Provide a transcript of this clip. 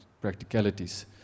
practicalities